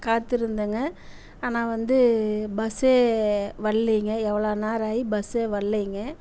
காத்திருந்தேங்க ஆனால் வந்து பஸ்ஸே வரலிங்க எவ்வளோ நேரம் ஆகி பஸ்ஸே வரலிங்க